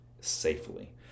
safely